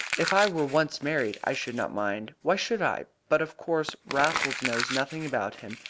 if i were once married i should not mind. why should i? but of course raffles knows nothing about him,